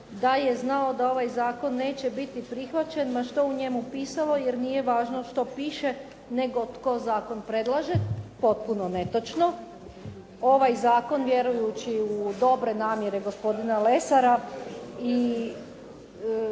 da je znao da ovaj zakon neće biti prihvaćen ma što u njemu pisalo jer nije važno što piše, nego tko zakon predlaže. Potpuno netočno. Ovaj zakon, vjerujući u dobre namjere gospodina Lesara